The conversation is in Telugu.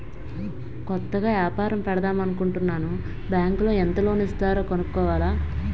కొత్తగా ఏపారం పెడదామనుకుంటన్నాను బ్యాంకులో ఎంత లోను ఇస్తారో కనుక్కోవాల